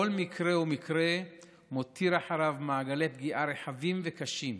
כל מקרה ומקרה מותיר אחריו מעגלי פגיעה רחבים וקשים,